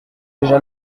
déjà